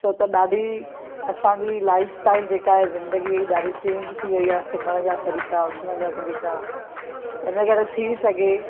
छो त ॾाढी असांजी लाइफस्टाइल जे का आहे ज़िंदगीअ जी ॾाढी चेंज थी वेई आहे सुम्हण जा तरीक़ा उथण जा तरीक़ा हिन करे थी सघे